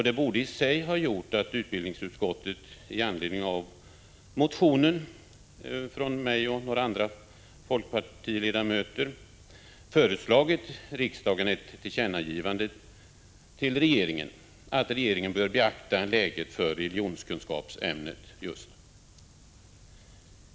Det borde i sig ha gjort att utbildningsutskottet i anledning av motionen från mig och några andra fp-ledamöter föreslagit riksdagen ett tillkännagivande till regeringen att regeringen skall beakta läget för just religionskunskapsämnet.